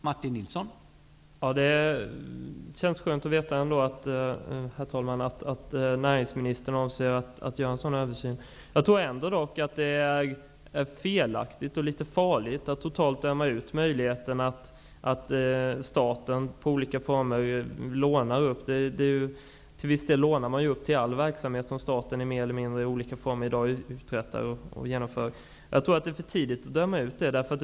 Herr talman! Det känns skönt att veta att näringsministern avser att göra en sådan översyn. Jag tror dock att det är felaktigt och litet farligt att totalt döma ut möjligheten att staten i olika former lånar till detta. Till viss del lånar man till all verksamhet som staten bedriver i olika former. Jag tror att det är för tidigt att döma ut detta.